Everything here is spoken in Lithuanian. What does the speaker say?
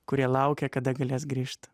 kurie laukia kada galės grįžt